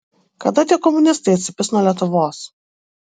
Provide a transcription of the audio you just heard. kada tie komunistai atsipis nuo lietuvos